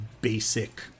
basic